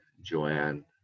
Joanne